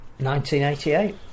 1988